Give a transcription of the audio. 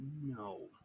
No